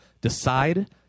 decide